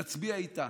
נצביע איתה,